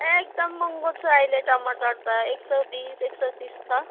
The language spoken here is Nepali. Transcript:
एकदम महँगो छ अहिले टमटर त एक सौ बिस एक सौ तिस छ